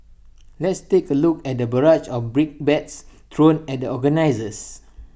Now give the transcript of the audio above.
let's take A look at the barrage of brickbats thrown at the organisers